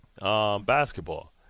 basketball